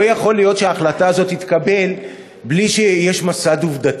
לא יכול להיות שההחלטה הזאת תתקבל בלי שיש מסד עובדתי.